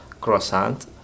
croissant